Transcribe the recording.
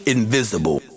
Invisible